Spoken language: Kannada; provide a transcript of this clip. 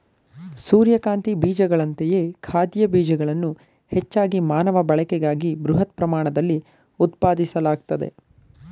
ಸೂರ್ಯಕಾಂತಿ ಬೀಜಗಳಂತೆಯೇ ಖಾದ್ಯ ಬೀಜಗಳನ್ನು ಹೆಚ್ಚಾಗಿ ಮಾನವ ಬಳಕೆಗಾಗಿ ಬೃಹತ್ ಪ್ರಮಾಣದಲ್ಲಿ ಉತ್ಪಾದಿಸಲಾಗ್ತದೆ